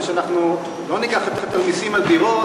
אנחנו לא ניקח יותר מסים על דירות,